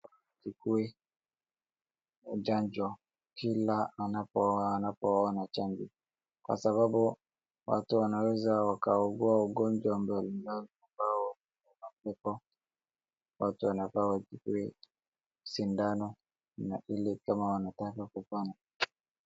Wachukue chanjo kila wanapoona chanjo. Kwa sababu watu wanaweza wakaugua ugonjwa ambao una kifo. Watu wanafaa wachukue sindano na ili kama wanataka kupona.